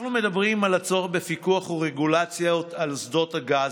אנחנו מדברים על הצורך בפיקוח ורגולציות על שדות הגז,